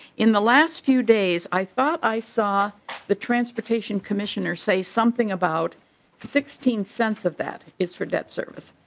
in the last few days i thought i saw the transportation commissioners say something about sixteen sense of that is for debt service.